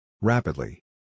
Rapidly